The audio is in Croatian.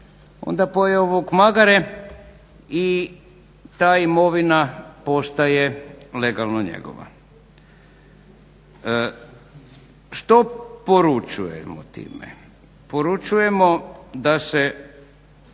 onda pojeo vuk magare i ta imovina postaje legalno njegova. Što poručujemo time? Poručujemo da se